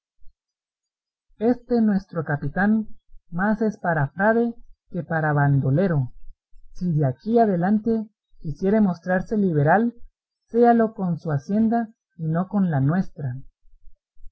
este nuestro capitán más es para frade que para bandolero si de aquí adelante quisiere mostrarse liberal séalo con su hacienda y no con la nuestra